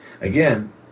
Again